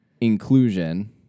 inclusion